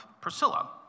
Priscilla